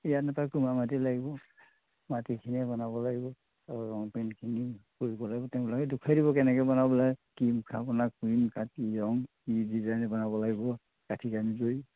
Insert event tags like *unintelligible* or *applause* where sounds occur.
*unintelligible* কুমাৰ মাটি লাগিব মাটিখিনিয়ে বনাব লাগিব ৰং পেইণ্টখিনি কৰিব লাগিব তেওঁলোকে দেখুৱাই দিব কেনেকৈ বনাব লাগে কি মুখা বনাই কি মুখা কি ৰং কি ডিজাইন দি বনাব লাগিব কাঠী কামি কৰি